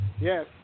Yes